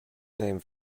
named